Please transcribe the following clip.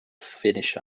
finish